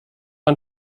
ein